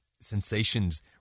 sensations